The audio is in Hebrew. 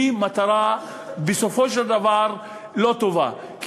היא מטרה בסופו של דבר לא טובה,